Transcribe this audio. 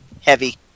heavy